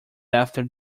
after